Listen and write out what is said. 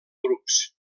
grups